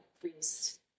priest